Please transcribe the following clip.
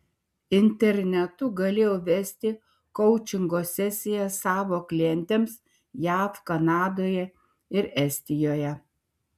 internetu galėjau vesti koučingo sesijas savo klientėms jav kanadoje ir estijoje